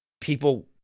people